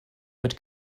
mit